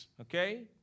Okay